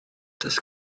does